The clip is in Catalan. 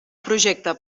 projecte